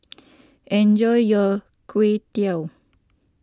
enjoy your Chwee